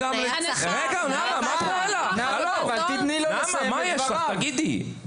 מה יש לך, תגידי?